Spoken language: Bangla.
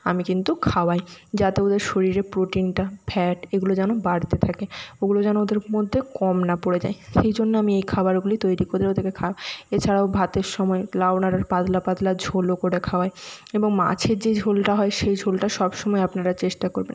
আমি কিন্তু খাওয়াই যাতে ওদের শরীরে প্রোটিনটা ফ্যাট এগুলো যেন বাড়তে থাকে ওগুলো যেন ওদের মধ্যে কম না পড়ে যায় সেই জন্য আমি এই খাবারগুলি তৈরি করে ওদেরকে খাওয়াই এছাড়াও ভাতের সময় লাউ ডাঁটার পাতলা পাতলা ঝোলও করে খাওয়াই এবং মাছের যে ঝোলটা হয় সেই ঝোলটা সবসময় আপনারা চেষ্টা করবেন